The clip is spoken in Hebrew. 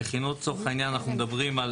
המכינות לצורך העניין אנחנו מדברים על